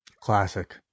Classic